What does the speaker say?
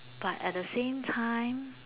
but at the same time